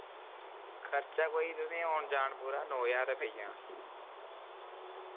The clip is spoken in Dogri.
खर्चा तुसेंगी कोई औन जान नौ ज्हार रपेआ पेई जाना